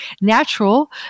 natural